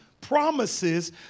promises